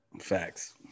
Facts